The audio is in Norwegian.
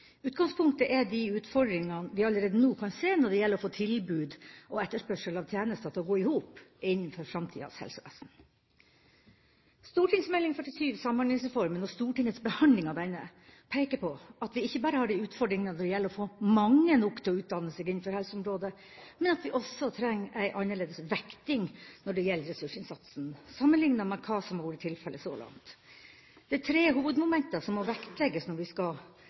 Utgangspunktet er de utfordringene vi allerede nå kan se når det gjelder å få tilbud og etterspørsel av tjenester til å gå i hop innenfor framtidas helsevesen. St.meld. nr. 47 for 2008–2009 Samhandlingsreformen, og Stortingets behandling av denne, peker på at vi ikke bare har en utfordring når det gjelder å få mange nok til å utdanne seg innenfor helseområdet, men at vi også trenger en annerledes vekting når det gjelder ressursinnsatsen, sammenlignet med hva som har vært tilfellet så langt. Det er tre hovedmomenter som må vektlegges når vi skal